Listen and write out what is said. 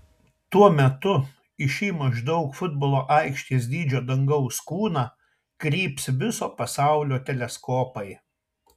tuo metu į šį maždaug futbolo aikštės dydžio dangaus kūną kryps viso pasaulio teleskopai